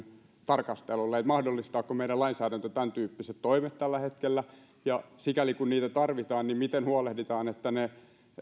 tarkastelulle sille mahdollistaako meidän lainsäädäntömme tämäntyyppiset toimet tällä hetkellä ja sikäli kun niitä tarvitaan niin miten huolehditaan siitä että